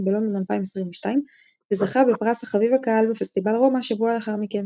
בלונדון 2022 וזכה בפרס חביב הקהל בפסטיבל רומא שבוע לאחר מכן.